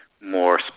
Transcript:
more